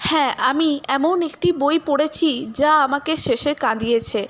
হ্যাঁ আমি এমন একটি বই পড়েছি যা আমাকে শেষে কাঁদিয়েছে